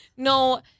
No